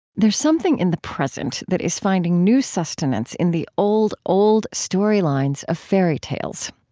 there's something in the present that is finding new sustenance in the old, old storylines of fairy tales.